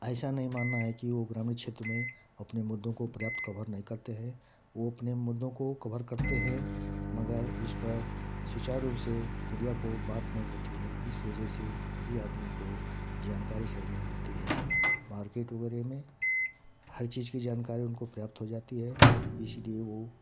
ऐसा नहीं अपने मुद्दों को प्राप्त करने वो अपने मुद्दों को कवर करते हैं मगर इस पर सुचार रूप से मिडिया को बात नहीं होती है इस वजह से हर आदमी को जानकारी सही नहीं मिलती है मार्किट वगैरह में हर चीज़ की जानकारी उनको प्राप्त हो जाती है इसलिए वो